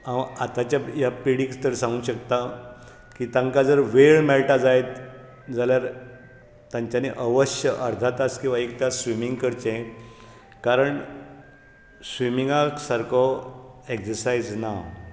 हांव आताच्या ह्या पिढीक तर सागूंक शकता की तेंका जर वेळ मेळटा जायत जाल्यार तांच्यानी अवश्य अर्धा तास किंवा एक तास स्विमींग करचें कारण स्विमींगा सारको एक्जरायज ना